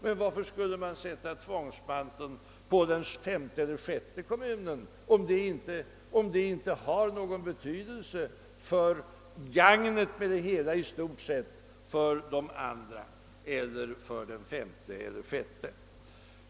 Men varför skall man sätta tvångströja på den femte eller sjätte kommunen, om det i stort sett inte har någon betydelse i någon av kommunerna?